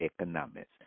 economics